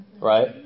right